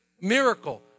miracle